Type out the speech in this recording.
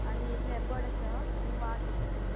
आनी एक लेपर्ड आसा आनी वाघ एक आसा